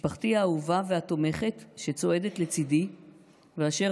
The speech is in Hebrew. משפחתי האהובה והתומכת שצועדת לצידי ואשר